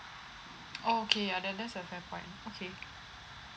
oh okay ya then that's a fair point okay